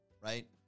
right